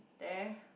there